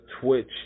Twitch